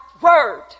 word